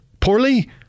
poorly